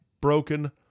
broken